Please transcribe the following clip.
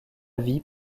vie